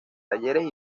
talleres